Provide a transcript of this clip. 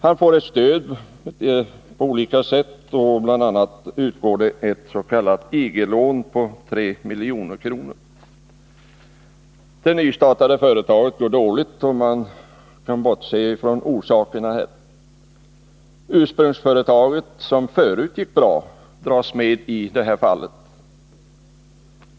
Han får stöd på olika sätt, och bl.a. utgår det ett s.k. IG-lån på 3 milj.kr. Det nystartade företaget går dåligt — vi kan bortse från orsakerna. Ursprungsföretaget, som förut gick bra, dras med i det här fallet.